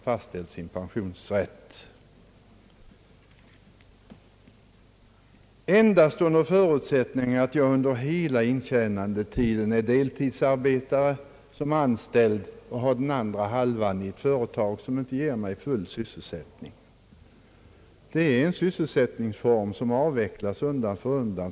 Det blir nackdel endast under förutsättning att jag under hela intjänandetiden är anställd som deltidsarbetare och har den andra halvan av arbetstiden i ett företag som inte ger mig full sysselsättning. Denna sysselsättningsform avvecklas undan för undan.